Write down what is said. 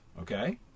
Okay